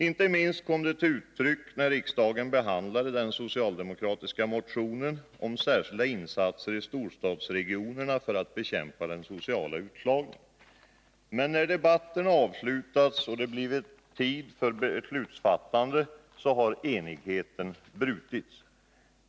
Inte minst kom det till uttryck när riksdagen behandlade den socialdemokratiska motionen om särskilda insatser i storstadsregionerna för att bekämpa den sociala utslagningen. Men när debatterna avslutats och det blivit tid för beslutsfattande, har enigheten brutits.